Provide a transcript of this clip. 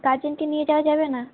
গার্জেনকে নিয়ে যাওয়া যাবে না